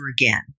again